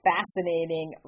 Fascinating